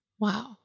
Wow